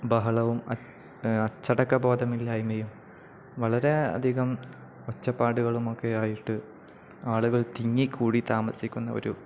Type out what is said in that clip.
ബഹളവും അച്ചടക്ക ബോധമില്ലായ്മയും വളരെ അധികം ഒച്ചപ്പാടുകളുമൊക്കെ ആയിട്ട് ആളുകൾ തിങ്ങിക്കൂടി താമസിക്കുന്ന ഒരു